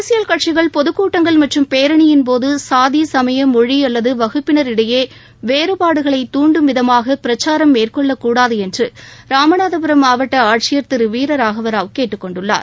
அரசியல் கட்சிகள் பொதுக்கூட்டங்கள் மற்றும் பேரணியின் போது சாதி சமய மொழி அல்லது வகுப்பினர் இடையே வேறுபாடுகளை தூண்டும் விதமாக பிரச்சாரம் மேற்கொள்ளக்கூடாது என்று ராமநாதபுரம் மாவட்ட ஆட்சியர் திரு வீரராகவ ராவ் கேட்டுக் கொண்டுள்ளார்